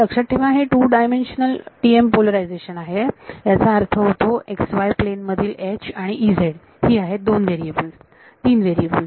लक्षात ठेवा हे 2D T M पोलरायझेशन आहे याचा अर्थ होतो x y प्लेन मधील आणि ही आहेत दोन व्हेरिएबल तीन व्हेरिएबल